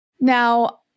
Now